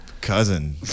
cousin